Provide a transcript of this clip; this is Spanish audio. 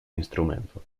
instrumento